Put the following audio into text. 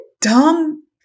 dumb